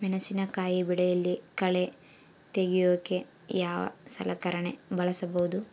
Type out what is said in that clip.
ಮೆಣಸಿನಕಾಯಿ ಬೆಳೆಯಲ್ಲಿ ಕಳೆ ತೆಗಿಯೋಕೆ ಯಾವ ಸಲಕರಣೆ ಬಳಸಬಹುದು?